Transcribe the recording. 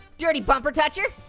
dirty bumper toucher.